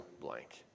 blank